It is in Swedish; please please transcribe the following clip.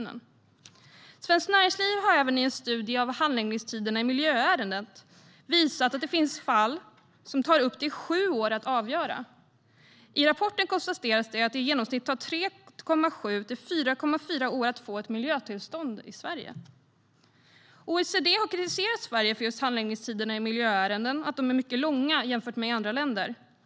Svenskt Näringsliv har även i en studie av handläggningstiderna i miljöärenden visat att det finns fall som tar upp till sju år att avgöra. I rapporten konstateras att det i genomsnitt tar 3,7-4,4 år att få ett miljötillstånd i Sverige. OECD har kritiserat Sverige för att handläggningstiderna i miljöärenden är mycket långa jämfört med i andra länder.